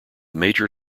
major